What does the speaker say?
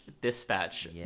Dispatch